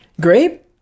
grape